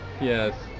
yes